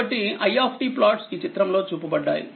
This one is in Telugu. కాబట్టి i ప్లాట్స్ ఈ చిత్రం లో చూపబడ్డాయి